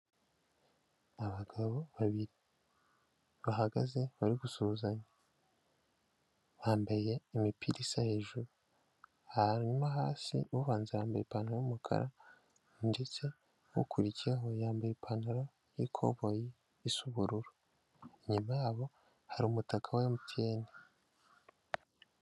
Abagabo babiri bahagaze bari gusuhuzanya bambaye imipira isa hejuru hanyuma hasi ubanza yambaye ipantaro y'umukara ndetse n'ukurikiyeho yambaye ipantaro y'ikoboyi isa ubururu inyuma yabo hari umutaka wa mtn.